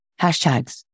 hashtags